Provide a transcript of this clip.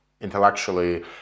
intellectually